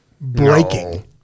Breaking